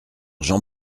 jean